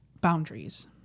boundaries